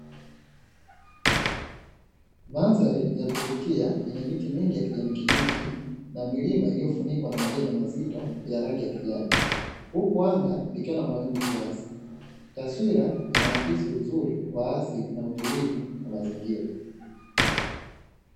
Mandhari ya kuvutia yenye miti nyingi ya kijani kibichi na milima, iliyofunikwa na majani mazito ya rangi ya kijani, huku anga likiwa na mawingu kiasi taswira tunaakisi uzuri waasili na utulivu mazingira.